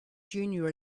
junior